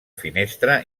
finestra